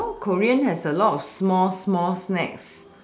you know korean have those small small snack